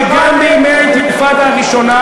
שגם בימי האינתיפאדה הראשונה,